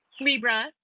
Libra